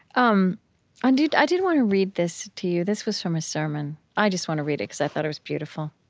um and i did want to read this to you. this was from a sermon. i just want to read because i thought it was beautiful.